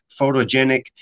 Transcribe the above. photogenic